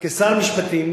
כשר משפטים,